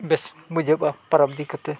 ᱵᱮᱥ ᱵᱩᱡᱷᱟᱹᱜᱼᱟ ᱯᱚᱨᱚᱵᱽ ᱤᱫᱤ ᱠᱟᱛᱮᱫ